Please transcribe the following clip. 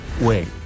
Wait